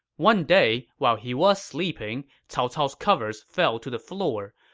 one day, while he was sleeping, cao cao's covers fell to the floor.